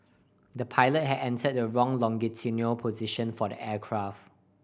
the pilot had entered the wrong longitudinal position for the aircraft